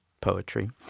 poetry